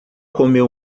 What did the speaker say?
comeu